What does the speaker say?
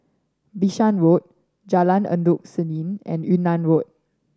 Bishan Road Jalan Endut Senin and Yunnan Road